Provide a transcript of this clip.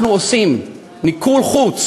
אנחנו עושים מיקור-חוץ,